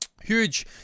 Huge